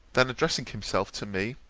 then addressing himself to me